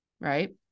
right